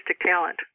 talent